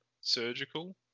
surgical